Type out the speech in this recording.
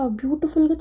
beautiful